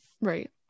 Right